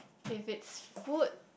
if it's food